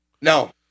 no